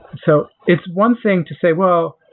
so it's one thing to say, well,